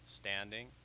standing